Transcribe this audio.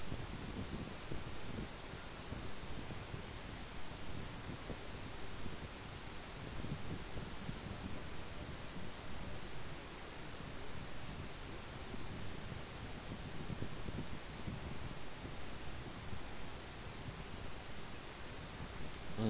mm